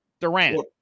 Durant